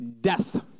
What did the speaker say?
death